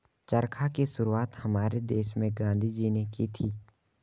चरखा की शुरुआत हमारे देश में गांधी जी ने की थी